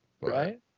Right